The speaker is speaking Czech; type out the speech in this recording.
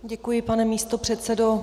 Děkuji, pane místopředsedo.